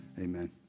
Amen